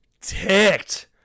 ticked